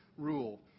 rule